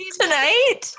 tonight